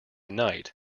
night